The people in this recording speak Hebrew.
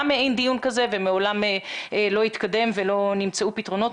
מעין דיון כזה ומעולם לא התקדם ולא נמצאו פתרונות.